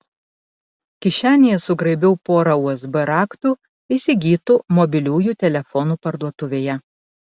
kišenėje sugraibiau porą usb raktų įsigytų mobiliųjų telefonų parduotuvėje